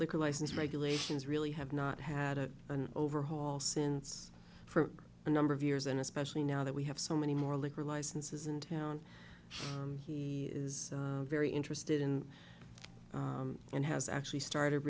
liquor license regulations really have not had a an overhaul since for a number of years and especially now that we have so many more liquor licenses and he is very interested in and has actually started